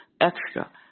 extra